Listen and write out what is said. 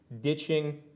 ditching